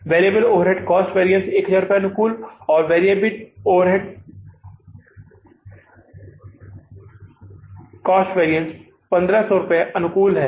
variable overhead cost variance 1000 अनुकूल और fixed overhead cost variant 1500 अनुकूल है